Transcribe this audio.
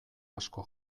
asko